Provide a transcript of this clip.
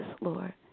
Lord